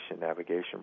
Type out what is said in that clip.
navigation